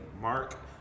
mark